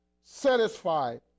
satisfied